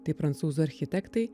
tai prancūzų architektai